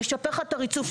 נשפר לך את הריצוף,